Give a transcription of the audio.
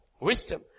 wisdom